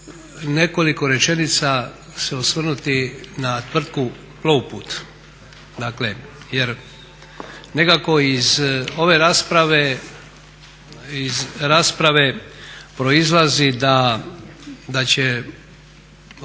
nekoliko rečenica se osvrnuti na tvrtku Plovput, dakle jer nekako iz ove rasprave proizlazi da će